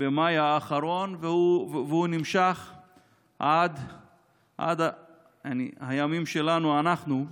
במאי האחרון, שנמשך עד הימים שלנו אנו.